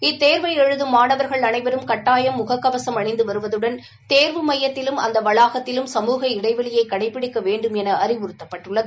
இத்தேர்வை எழுதும் மாணவர்கள் அனைவரும் கட்டாயம் முகக்கவசும் அணிந்து வருவதுடன் தேர்வு மையத்திலும் அந்த வளாகத்திலும் சமூக இடைவெளியை கடைபிடிக்க வேண்டும் என அறிவுறுத்தப்பட்டுள்ளது